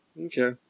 Okay